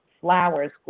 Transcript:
flowers